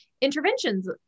interventions